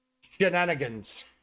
shenanigans